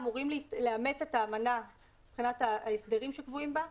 אמורים לאמץ את האמנה על ההסדרים שקבועים בה,